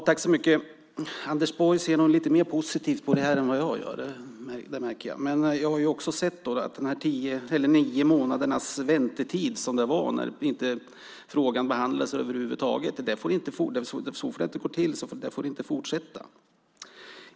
Herr talman! Anders Borg ser nog lite mer positivt på det här än vad jag gör. Det märker jag. Jag har sett dessa nio månaders väntetid när frågan inte behandlades över huvud taget. Så får det inte gå till. Det får inte fortsätta.